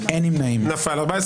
נפל.